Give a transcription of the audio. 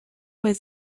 was